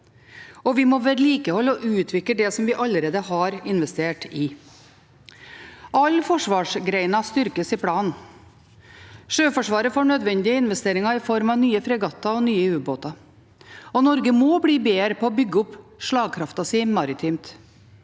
vi må vedlikeholde og utvikle det som vi allerede har investert i. Alle forsvarsgrener styrkes i planen. Sjøforsvaret får nødvendige investeringer i form av nye fregatter og nye ubåter, og Norge må bli bedre på å bygge opp slagkraften sin maritimt.